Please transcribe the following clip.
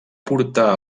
portar